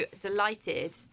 delighted